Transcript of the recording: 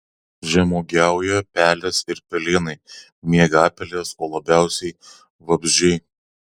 žemuogiauja pelės ir pelėnai miegapelės o labiausiai vabzdžiai